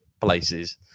places